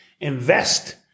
invest